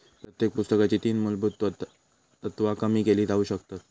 प्रत्येक पुस्तकाची तीन मुलभुत तत्त्वा कमी केली जाउ शकतत